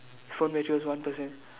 phone battery was one percent